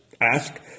ask